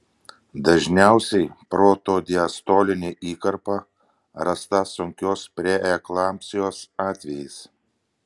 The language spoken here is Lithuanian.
dažniausiai protodiastolinė įkarpa rasta sunkios preeklampsijos atvejais